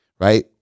right